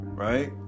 Right